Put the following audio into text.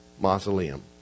mausoleum